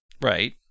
Right